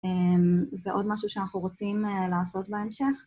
ועוד משהו שאנחנו רוצים לעשות בהמשך.